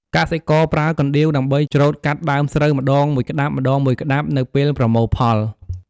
កសិករប្រើកណ្ដៀវដើម្បីច្រូតកាត់ដើមស្រូវម្តងមួយក្តាប់ៗនៅពេលប្រមូលផល។